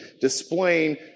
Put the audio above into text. displaying